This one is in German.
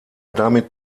damit